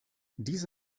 diese